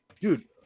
dude